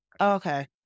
okay